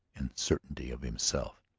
and certainty of himself.